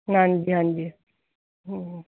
ਹਾਂਜੀ ਹਾਂਜੀ